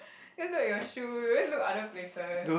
then look at your shoe then look other places